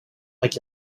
like